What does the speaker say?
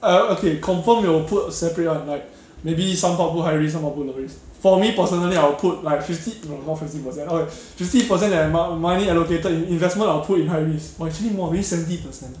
I err okay confirm you will put separate one like maybe some I'll put high risk some I'll put low risk for me personally I'll put like fifty no not fifty percent okay fifty percent that mone~ money allocated you investment I'll put in high risk no actually more maybe seventy percent